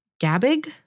Gabig